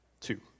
two